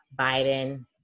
Biden